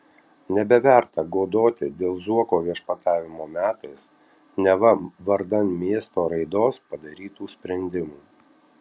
nebeverta godoti dėl zuoko viešpatavimo metais neva vardan miesto raidos padarytų sprendimų